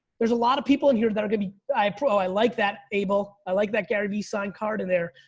there's a lot of people in here that are gonna be, i ah i like that abel. i like that garyvee signed card in there,